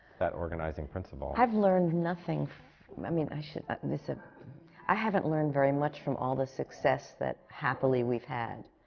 that organizing principle. i've learned nothing i mean, i shouldn't and this is ah i haven't learned very much from all the success that, happily, we've had.